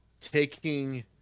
taking